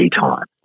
time